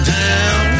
down